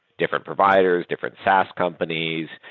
different providers, different saas companies,